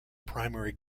primary